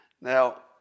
Now